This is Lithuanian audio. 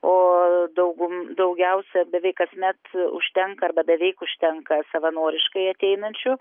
o daugum daugiausia beveik kasmet užtenka arba beveik užtenka savanoriškai ateinančių